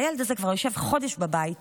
הילד הזה כבר יושב חודש בבית